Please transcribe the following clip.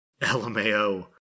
LMAO